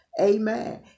amen